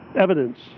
evidence